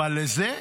אבל לזה?